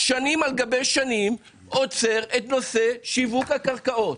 שנים על גבי שנים עוצר את נושא שיווק הקרקעות.